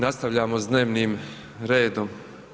Nastavljamo sa dnevnim redom.